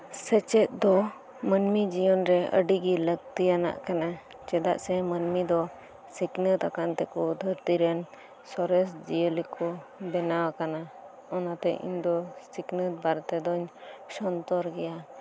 ᱥᱮᱪᱮᱫ ᱫᱚ ᱢᱟᱹᱱᱢᱤ ᱡᱤᱭᱚᱱ ᱨᱮ ᱟᱹᱰᱤᱜᱤ ᱞᱟᱹᱠᱛᱤᱭᱟᱱᱟᱜ ᱠᱟᱱᱟ ᱪᱮᱫᱟᱜ ᱥᱮ ᱢᱟᱹᱱᱢᱤ ᱫᱚ ᱥᱤᱠᱷᱱᱟᱹᱛ ᱟᱠᱟᱱ ᱛᱮᱠᱚ ᱫᱷᱟᱹᱨᱛᱤ ᱨᱮᱱ ᱥᱚᱨᱮᱥ ᱡᱤᱭᱟᱹᱞᱤ ᱠᱚ ᱵᱮᱱᱟᱣ ᱟᱠᱟᱱᱟ ᱚᱱᱟᱛᱮ ᱤᱧᱫᱚ ᱥᱤᱠᱷᱱᱟᱹᱛ ᱵᱟᱨᱮᱛᱮᱫᱚᱧ ᱥᱚᱱᱛᱚᱨ ᱜᱮᱭᱟ